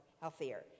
healthier